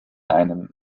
einem